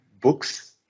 books